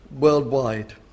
worldwide